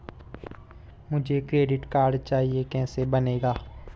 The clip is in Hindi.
मुझे क्रेडिट कार्ड चाहिए कैसे बनेगा?